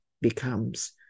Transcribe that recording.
becomes